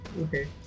Okay